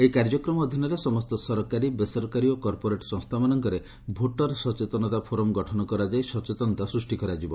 ଏହି କାର୍ଯ୍ୟକ୍ରମ ଅଧୀନରେ ସମସ୍ତ ସରକାରୀ ବେସରକାରୀ ଓ କର୍ପୋରେଟ୍ ସଂସ୍ଥାମାନଙ୍କରେ ଭୋଟର ସଚେତନତା ଫୋରମ୍ ଗଠନ କରାଯାଇ ସଚେତନତା ସୂଷ୍ଟି କରାଯିବ